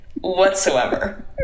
whatsoever